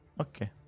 Okay